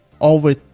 over